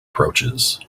approaches